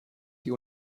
die